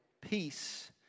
peace